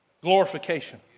Glorification